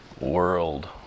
world